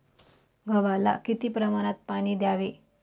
गव्हाला किती प्रमाणात पाणी द्यावे?